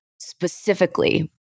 specifically